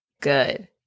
good